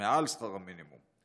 מעל שכר המינימום.